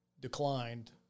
declined